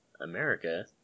America